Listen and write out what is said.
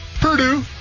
Purdue